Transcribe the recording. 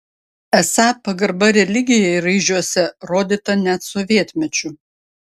esą pagarba religijai raižiuose rodyta net sovietmečiu